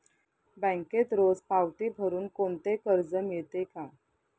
बँकेत रोज पावती भरुन कोणते कर्ज मिळते का?